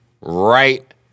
right